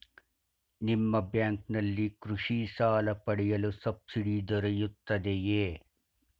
ನಿಮ್ಮ ಬ್ಯಾಂಕಿನಲ್ಲಿ ಕೃಷಿ ಸಾಲ ಪಡೆಯಲು ಸಬ್ಸಿಡಿ ದೊರೆಯುತ್ತದೆಯೇ?